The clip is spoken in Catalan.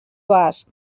basc